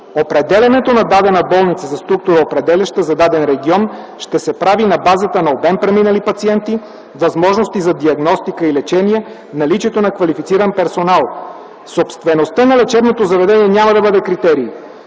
Определянето на дадена болница за структуроопределяща за даден регион ще се прави на базата на обем преминали пациенти, възможности за диагностика и лечение, наличието на квалифициран персонал. Собствеността на лечебното заведение няма да бъде критерий.